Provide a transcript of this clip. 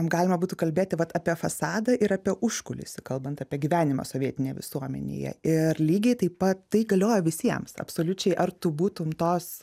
galima būtų kalbėti vat apie fasadą ir apie užkulisį kalbant apie gyvenimą sovietinėje visuomenėje ir lygiai taip pat tai galioja visiems absoliučiai ar tu būtum tos